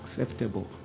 acceptable